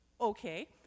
Okay